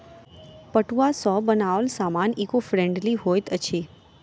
पटुआ सॅ बनाओल सामान ईको फ्रेंडली होइत अछि